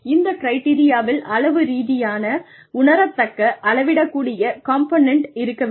இந்த கிரிட்டெரியாவில் அளவு ரீதியான உணரத்தக்க அளவிடக்கூடிய காம்போனெண்ட் இருக்க வேண்டும்